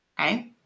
okay